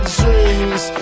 dreams